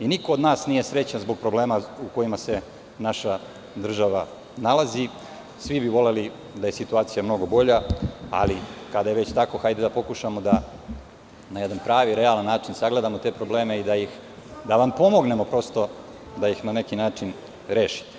i niko od nas nije srećan zbog problema u kojem se naša država nalazi, svi bi voleli da je situacija mnogo bolja, ali kada je već tako, hajde da pokušamo da na jedan pravi način sagledamo te probleme i da vam pomognemo da ih na neki način rešite.